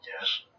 Yes